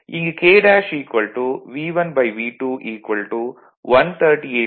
இங்கு K V1 V2 138115